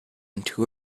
into